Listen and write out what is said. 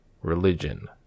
religion